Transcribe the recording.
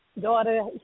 daughter